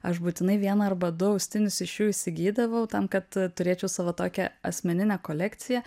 aš būtinai vieną arba du austinius iš jų įsigydavau tam kad turėčiau savo tokią asmeninę kolekciją